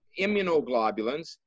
immunoglobulins